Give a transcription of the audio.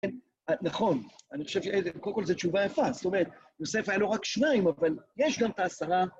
נכון, אני חושב שכל כל זה תשובה יפה, זאת אומרת, יוסף היה לו רק שניים, אבל יש גם ת׳עשרה